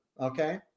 Okay